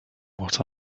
what